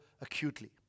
acutely